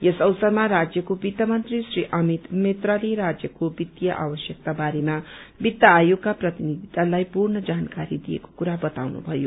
यस अवसरमा राण्यको वित्त मन्त्री श्री अमित मित्राले राज्यको वित्तीय आवश्यकता बारेमा वित्त आयोगका प्रतिनिधि दसलाई पूर्ण जानकारी दिएको कुरा बताउनुभयो